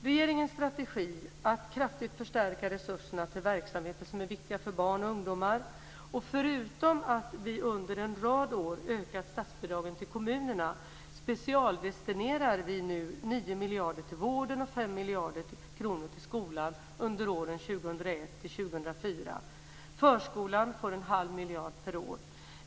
Regeringens strategi är att kraftigt förstärka resurserna till verksamheter som är viktiga för barn och ungdomar. Förutom att vi under en rad år ökat statsbidragen till kommunerna specialdestinerar vi nu 9 miljarder till vården och 5 miljarder kronor till skolan under åren 2001-2004. Förskolan får en halv miljard per år.